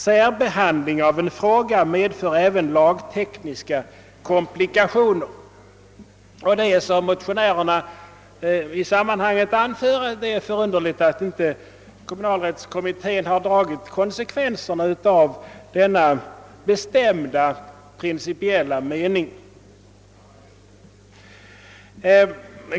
Särbehandling av en fråga medför även lagtekniska komplikationer.» Det är, som motionärerna framhållit, förunderligt att kommunalrättskommittén inte har dragit konsekvenserna av denna bestämda principiella mening.